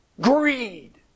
Greed